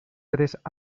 tres